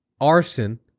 arson